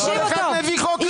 כל אחד מביא חוק לעצמו